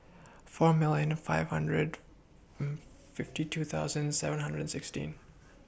four million and five hundred fifty two thousand seven hundred and sixteen